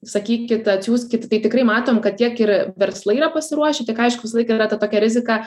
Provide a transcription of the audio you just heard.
sakykit atsiųskit tai tikrai matom kad tiek ir verslai yra pasiruošę tik aišku visą laiką yra ta tokia rizika